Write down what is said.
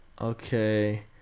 okay